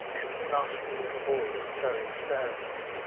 and nasty little boys throwing stones.